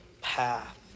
path